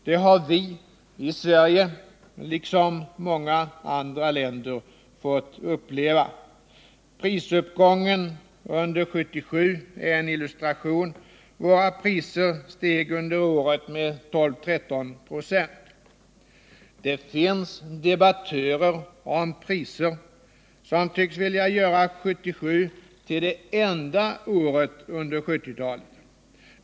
Det har vi i Sverige liksom många andra länder fått uppleva. Prisuppgången under 1977 är en illustration. Våra priser steg under året med 12-13 26. Det finns debattörer som tycks vilja göra 1977 till det enda året under 1970-talet.